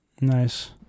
Nice